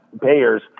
payers